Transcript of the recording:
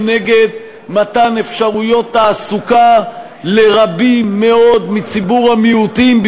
נגד מתן אפשרויות תעסוקה לרבים מאוד מציבור המיעוטים,